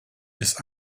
ist